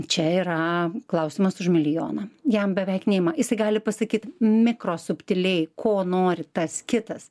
čia yra klausimas už milijoną jam beveik neima jisai gali pasakyt mikro subtiliai ko nori tas kitas